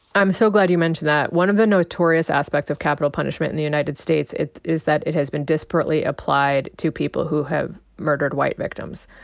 i'm so glad you mentioned that. one of the notorious aspects of capital punishment in the united states is that it has been disparately applied to people who have murdered white victims.